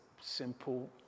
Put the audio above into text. simple